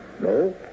No